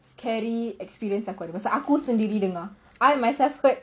scary experience pasal aku sendiri dengar I myself heard